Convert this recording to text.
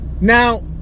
now